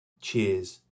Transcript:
Cheers